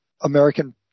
American